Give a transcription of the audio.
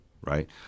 Right